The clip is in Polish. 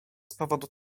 powodu